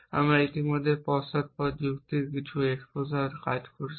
আমরা ইতিমধ্যে পশ্চাদপদ যুক্তির কিছু এক্সপোজার কাজ করছি